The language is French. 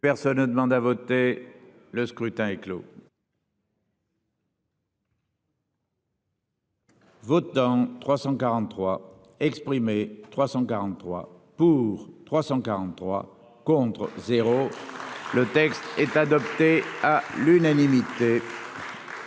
Personne ne demande à voter. Le scrutin est clos. Votants 343 exprimés, 343 pour 343 contre 0. Le texte est adopté à l'unanimité. Oui